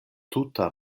tuta